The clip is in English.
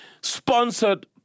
Sponsored